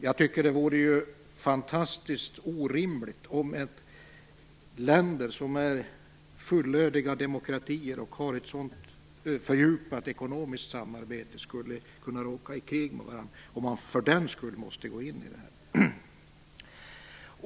Jag tycker att det vore fantastiskt orimligt om länder som är fullödiga demokratier och har ett fördjupat ekonomiskt samarbete skulle råka i krig med varandra och att man för den skull måste gå in i EMU.